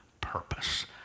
purpose